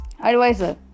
advisor